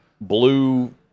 blue